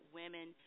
women